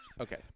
okay